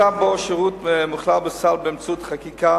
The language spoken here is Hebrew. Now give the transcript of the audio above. מצב שבו שירות מוכלל בסל באמצעות חקיקה